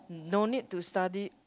no need to study